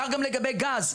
כך גם לגבי גז,